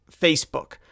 Facebook